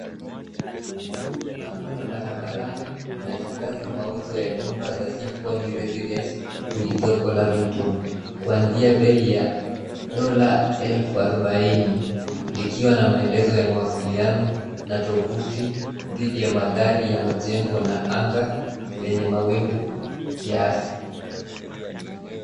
Bango la barabarani linatangaza mauzo ya nyumba za Symphony Residence zilizoko Lavington kuanzia bei ya dola elfu arubaini likiwa na maelezo ya mawasiliano na tovuti dhidi ya mandhari ya majengo na anga lenye mawingu kiasi.